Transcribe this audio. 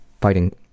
fighting